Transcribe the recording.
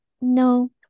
No